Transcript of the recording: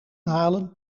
halen